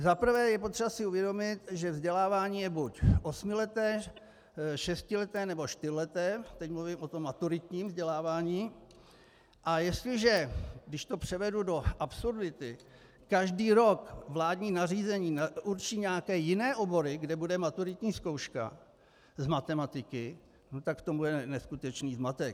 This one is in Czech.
Za prvé je potřeba si uvědomit, že vzdělávání je buď osmileté, šestileté, nebo čtyřleté, teď mluvím o tom maturitním vzdělávání, a jestliže, když to převedu do absurdity, každý rok vládní nařízení určí nějaké jiné obory, kde bude maturitní zkouška z matematiky, tak v tom bude neskutečný zmatek.